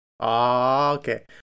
Okay